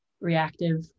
reactive